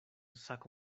sako